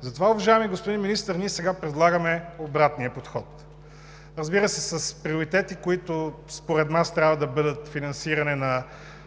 Затова, уважаеми господин Министър, ние сега предлагаме обратния подход – разбира се, с приоритети, които според нас трябва да бъдат: финансиране на